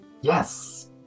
Yes